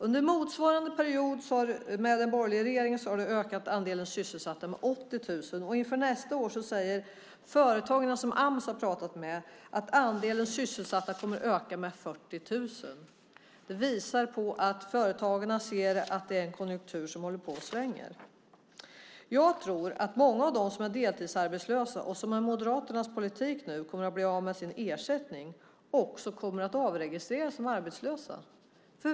Under motsvarande period med den borgerliga regeringen har andelen sysselsatta ökat med 80 000. Inför nästa år säger de företag som Ams har pratat med att andelen sysselsatta kommer att öka med 40 000. Det visar att företagen ser att konjunkturen håller på att svänga. Jag tror att många av dem som är deltidsarbetslösa och som med Moderaternas politik kommer att bli av med sin ersättning också kommer att avregistreras som arbetslösa.